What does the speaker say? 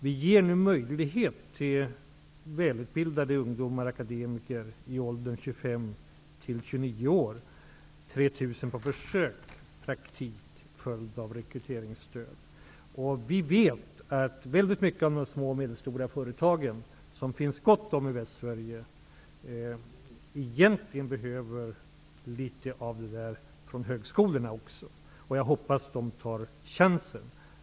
Vi ger nu på försök 3 000 välutbildade ungdomar -- akademiker i åldern 25--29 år -- Väldigt många av de små och medelstora företagen, och det finns gott om sådana i Västsverige, behöver ju egentligen litet av det som kommer från högskolorna också. Jag hoppas att man tar chansen.